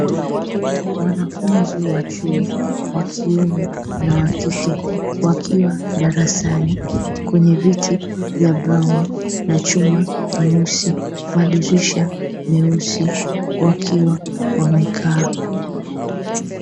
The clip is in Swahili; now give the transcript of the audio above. Wanafunzi wa chuo wa kiume na wa kike, wakiwa darasani kwenye viti vya brauni na chuma nyeusi, madirisha meusi, wakiwa wamekaa.